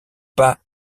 pas